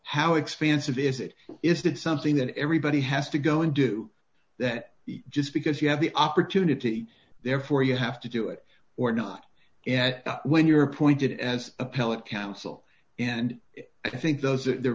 how expansive is it is that something that everybody has to go and do that just because you have the opportunity therefore you have to do it or not yet when you're appointed as appellate counsel and i think those are